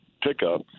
pickup